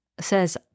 says